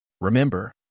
Remember